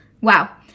wow